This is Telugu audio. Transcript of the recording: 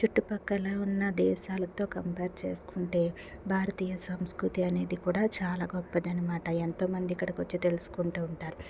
చుట్టుపక్కల ఉన్న దేశాలతో కంపేర్ చేసుకుంటే భారతీయ సాంస్కృతి అనేది కూడా చాలా గొప్పది అనమాట ఎంతోమంది ఇక్కడికి వచ్చి తెలుసుకుంటూ ఉంటారు